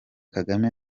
kagame